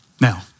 Now